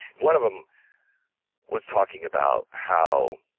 one of them was talking about how,